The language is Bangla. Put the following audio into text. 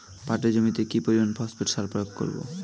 পাটের জমিতে কি পরিমান ফসফেট সার প্রয়োগ করব?